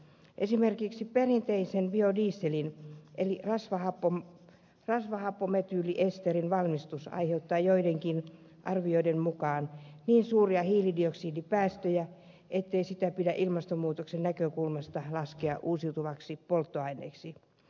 esimerkiksi perinteisen biodieselin eli rasvahappometyyliesterin valmistus aiheuttaa joidenkin arvioiden mukaan niin suuria hiilidioksidipäästöjä ettei sitä pidä ilmastonmuutoksen näkökulmasta laskea uusiutuvaksi polttoaineeksi